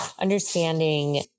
understanding